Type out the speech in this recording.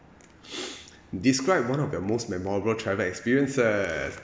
describe one of the most memorable travel experiences